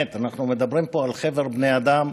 אנחנו מדברים פה על חבר בני אדם,